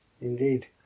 Indeed